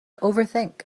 overthink